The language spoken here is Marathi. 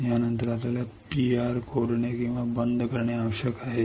यानंतर आपल्याला PR खोदणे किंवा बंद करणे आवश्यक आहे